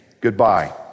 Goodbye